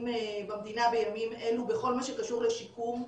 במדינה בימים אלה בכל מה שקשור בשיקום.